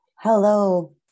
Hello